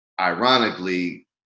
ironically